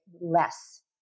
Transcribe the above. less